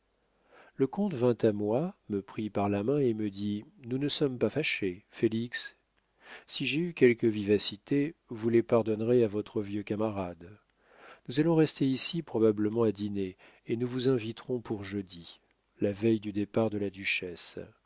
le comte vint à moi me prit par la main et me dit nous ne sommes pas fâchés félix si j'ai eu quelques vivacités vous les pardonnerez à votre vieux camarade nous allons rester ici probablement à dîner et nous vous inviterons pour jeudi la veille du départ de la duchesse